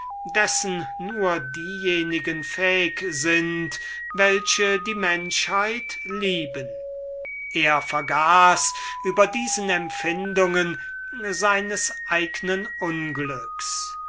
dessen nur diejenigen fähig sind welche die menschheit lieben er vergaß über diesen empfindungen seines eignen unglücks